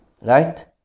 Right